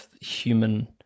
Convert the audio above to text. human